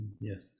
Yes